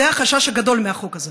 זה החשש הגדול מהחוק הזה.